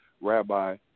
rabbi